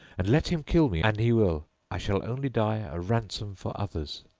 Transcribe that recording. and let him kill me an he will i shall only die a ransom for others.